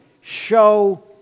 show